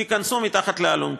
תיכנסו מתחת לאלונקה,